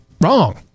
Wrong